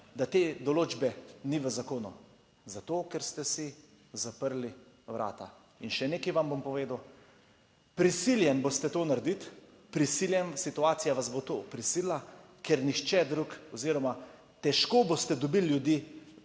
da te določbe ni v zakonu zato, ker ste si zaprli vrata. In še nekaj vam bom povedal. Prisiljen boste to narediti, prisiljen, situacija vas bo to prisilila, ker nihče drug oziroma težko boste dobili ljudi